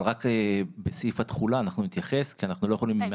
אבל רק בסעיף התחולה אנחנו נתייחס כי אנחנו לא יכולים.